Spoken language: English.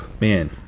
Man